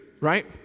right